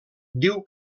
diu